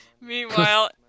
Meanwhile